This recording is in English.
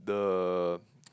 the